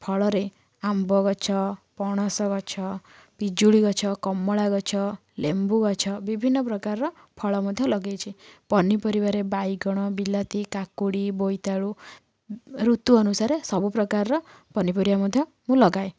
ଫଳରେ ଆମ୍ବ ଗଛ ପଣସ ଗଛ ପିଜୁଳି ଗଛ କମଳା ଗଛ ଲେମ୍ବୁ ଗଛ ବିଭିନ୍ନ ପ୍ରକାରର ଫଳ ମଧ୍ୟ ଲଗାଇଛି ପନିପରିବାରେ ବାଇଗଣ ବିଲାତି କାକୁଡ଼ି ବୋଇତାଳୁ ଋତୁ ଅନୁସାରେ ସବୁପ୍ରକାରର ପନିପରିବା ମଧ୍ୟ ମୁଁ ଲଗାଏ